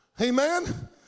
amen